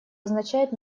означает